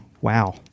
Wow